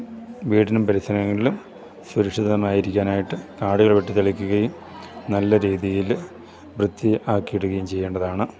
വീടിനും പരിസരങ്ങളിലും സുരക്ഷിതമായിരിക്കാനായിട്ട് കാടുകൾ വെട്ടിത്തെളിക്കുകയും നല്ല രീതിയിൽ വൃത്തി ആക്കിയിടുകയും ചെയ്യേണ്ടതാണ്